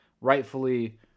rightfully